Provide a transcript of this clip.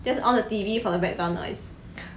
just on the T_V for the background noise